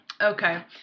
Okay